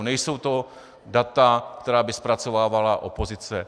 Nejsou to data, která by zpracovávala opozice.